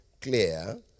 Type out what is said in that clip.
clear